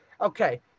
Okay